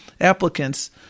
applicants